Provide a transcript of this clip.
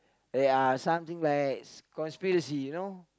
ya something like conspiracy you know